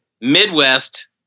Midwest